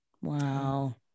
wow